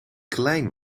klein